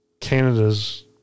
Canada's